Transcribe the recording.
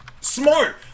smart